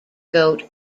goat